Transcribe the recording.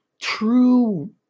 true